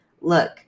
look